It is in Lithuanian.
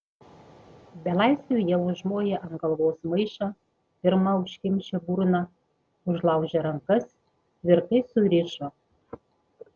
belaisviui jie užmovė ant galvos maišą pirma užkimšę burną užlaužė rankas tvirtai surišo